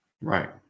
Right